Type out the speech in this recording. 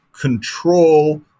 control